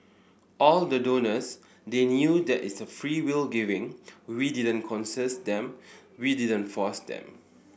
all the donors they knew that it's a freewill giving we didn't coerces them we didn't force them